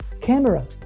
camera